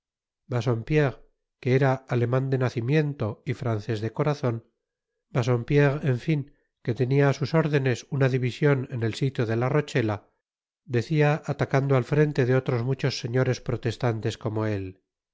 bassompierre que era aleman de nacimiento y francés de corazon bassompierre en fin que tenia á sus órdenes una division en el sitio de la rocheta decia atacando al frente de otros muchos señores protestantes como él